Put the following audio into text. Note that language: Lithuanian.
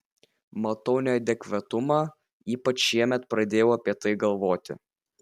matau neadekvatumą ypač šiemet pradėjau apie tai galvoti